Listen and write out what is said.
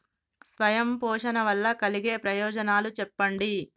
స్వయం పోషణ వల్ల కలిగే ప్రయోజనాలు చెప్పండి?